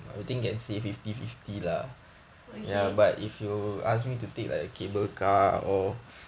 okay